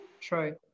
true